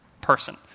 person